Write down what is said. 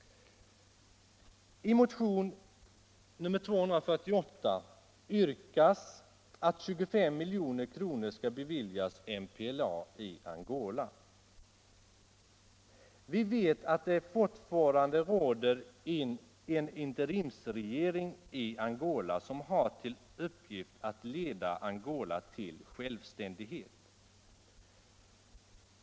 I motionen 248 yrkas att 25 milj.kr. skall beviljas MPLA i Angola. Vi vet att det i Angola fortfarande finns en interimsregering, som skall leda Angola till självständighet.